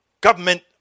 government